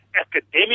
academic